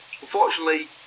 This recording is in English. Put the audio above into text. Unfortunately